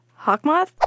Hawkmoth